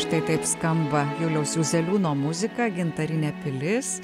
štai taip skamba juliaus juzeliūno muzika gintarinė pilis